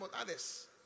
others